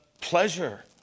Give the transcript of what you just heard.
pleasure